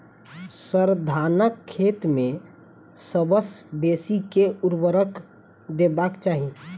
sir, धानक खेत मे सबसँ बेसी केँ ऊर्वरक देबाक चाहि